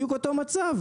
בדיוק אותו מצב.